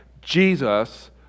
Jesus